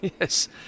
Yes